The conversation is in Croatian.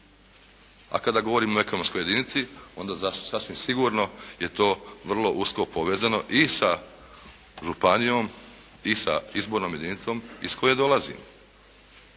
a kada govorim o ekonomskoj jedinici onda sasvim sigurno je to vrlo usko povezano i sa županijom i sa izbornom jedinicom iz koje dolazim.